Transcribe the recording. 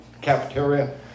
cafeteria